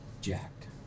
jacked